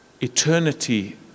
eternity